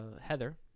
Heather